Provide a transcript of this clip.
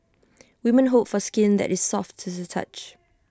women hope for skin that is soft to the touch